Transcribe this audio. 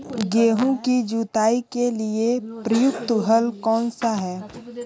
गेहूँ की जुताई के लिए प्रयुक्त हल कौनसा है?